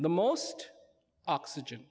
the most oxygen